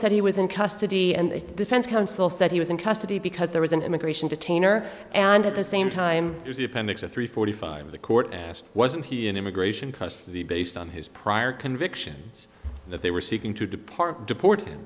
said he was in custody and defense counsel said he was in custody because there was an immigration detainer and at the same time the appendix of three forty five the court asked wasn't he in immigration custody based on his prior convictions that they were seeking to depart deport